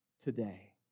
Today